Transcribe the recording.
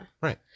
Right